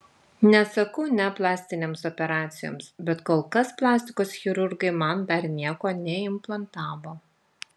nesakau ne plastinėms operacijoms bet kol kas plastikos chirurgai man dar nieko neimplantavo